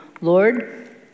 Lord